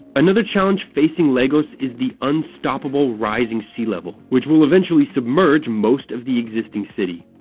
another challenge facing lagos is the unstoppable rising sea level, which will eventually submerge most of the existing city.